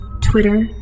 Twitter